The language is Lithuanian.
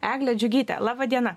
egle džiugyte laba diena